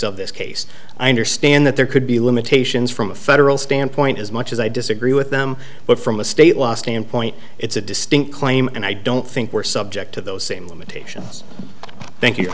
of this case i understand that there could be limitations from a federal standpoint as much as i disagree with them but from a state law standpoint it's a distinct claim and i don't think we're subject to those same limitations thank you